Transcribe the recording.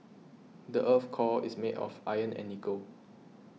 the earth's core is made of iron and nickel